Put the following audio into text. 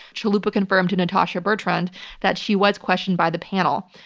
chalupa confirmed to natasha bertrand that she was questioned by the panel.